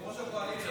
עכשיו סיבכת אותי.